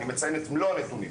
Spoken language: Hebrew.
אני מציין את מלוא הנתונים.